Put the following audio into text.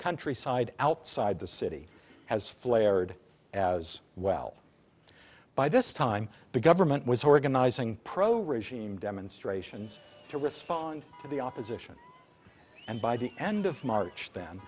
countryside outside the city has flared as well by this time begun vermont was organizing pro regime demonstrations to respond to the opposition and by the end of march then